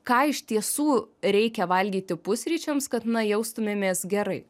ką iš tiesų reikia valgyti pusryčiams kad na jaustumėmės gerai